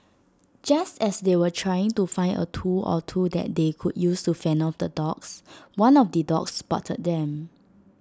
just as they were trying to find A tool or two that they could use to fend off the dogs one of the dogs spotted them